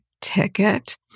ticket